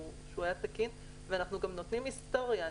ואנחנו גם נותנים היסטוריה.